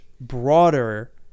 broader